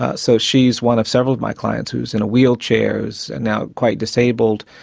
ah so she's one of several of my clients who's in a wheelchair, is and now quite disabled,